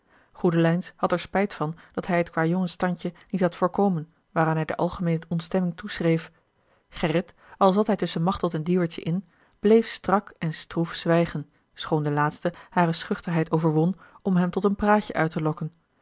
goedelijns had er spijt van dat hij het kwâjongensstandje niet had voorkomen waaraan hij de algemeene ontstemming toeschreef gerrit al zat hij tusschen machteld en dieuwertje in bleef strak en stroef zwijgen schoon de laatste hare schuchterheid overwon om hem tot een praatje uit te lokken